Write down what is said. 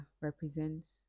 represents